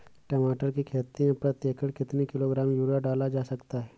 टमाटर की खेती में प्रति एकड़ कितनी किलो ग्राम यूरिया डाला जा सकता है?